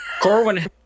corwin